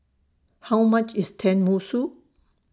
How much IS Tenmusu